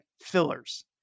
fillers